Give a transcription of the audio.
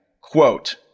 Quote